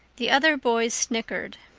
the other boys snickered.